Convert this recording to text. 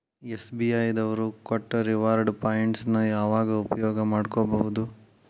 SBI ದವ್ರು ಕೊಟ್ಟ reward points ನ ಯಾವಾಗ ಉಪಯೋಗ ಮಾಡ್ಕೋಬಹುದು?